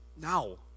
now